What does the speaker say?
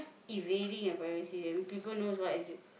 invading your privacy people know what is